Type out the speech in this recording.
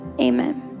amen